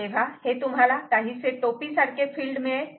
तेव्हा हे तुम्हाला काहीसे टोपी सारखे फिल्ड मिळेल